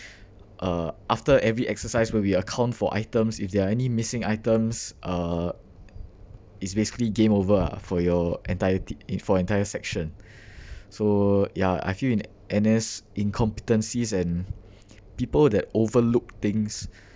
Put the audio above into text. uh after every exercise will be a count for items if there are any missing items uh it's basically game over for your entire te~ for your entire section so ya I feel in N_S incompetencies and people that overlook things